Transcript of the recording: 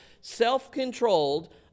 Self-controlled